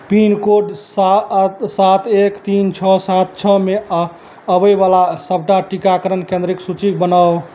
pincode साआ सात एक तीन छओ सात छओमे अ आबैवाला सबटा टीकाकरण केन्द्रके सूचि बनाउ